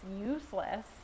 useless